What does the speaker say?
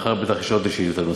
ומחר בטח ישאל אותי שאילתה נוספת.